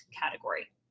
category